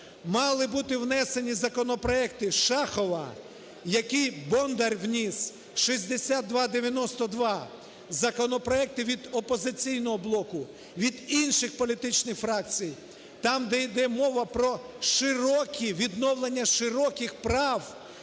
мали бути внесені законопроекти Шахова, який Бонда вніс – 6292, законопроекти від "Опозиційного блоку", від інших політичних фракцій, там, де йде мова про широкі… відновлення широких прав